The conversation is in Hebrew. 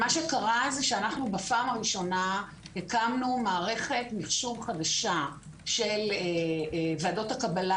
מה שקרה זה שאנחנו בפעם הראשונה הקמנו מערכת מחשוב חדשה של ועדות הקבלה,